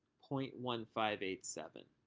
point one five eight seven.